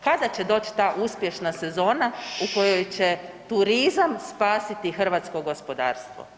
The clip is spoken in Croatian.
Kada će doći ta uspješna sezona u kojoj će turizam spasiti hrvatsko gospodarstvo?